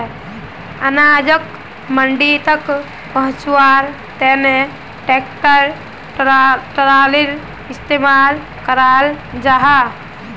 अनाजोक मंडी तक पहुन्च्वार तने ट्रेक्टर ट्रालिर इस्तेमाल कराल जाहा